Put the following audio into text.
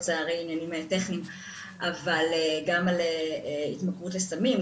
אבל גם על התמכרות לסקס,